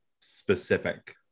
specific